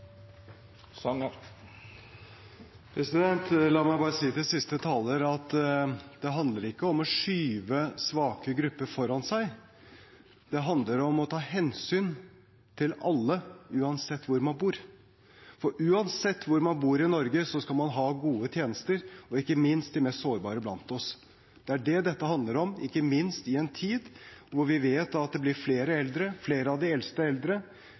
kommunestrukturen. La meg bare si til siste taler at det handler ikke om å skyve svake grupper foran seg, det handler om å ta hensyn til alle, uansett hvor man bor. Uansett hvor i Norge man bor, skal man ha gode tjenester, ikke minst de mest sårbare blant oss. Det er det dette handler om, ikke minst i en tid da vi vet at det blir flere eldre – flere av de eldste eldre